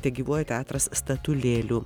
tegyvuoja teatras statulėlių